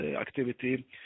activity